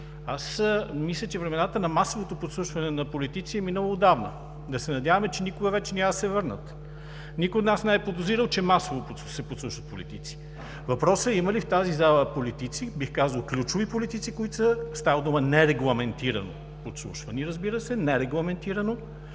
Аз мисля, че времената на масовото подслушване на политици е минало отдавна. Да се надяваме, че никога вече няма да се върнат! Никой от нас не е подозирал, че масово се подсушват политици. Въпросът е: има ли в тази зала политици, бих казал ключови политици, които са – става дума нерегламентирано подслушвани, разбира се, има